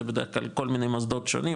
זה בדרך כלל מוסדות שונים,